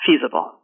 feasible